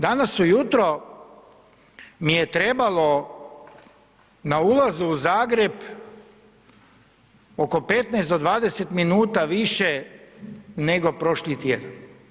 Danas ujutro mi je trebalo na ulazu u Zagreb oko 15 do 20 minuta više nego prošli tjedan.